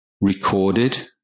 recorded